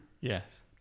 Yes